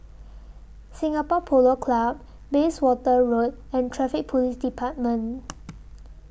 Singapore Polo Club Bayswater Road and Traffic Police department